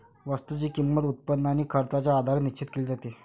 वस्तूची किंमत, उत्पन्न आणि खर्चाच्या आधारे निश्चित केली जाते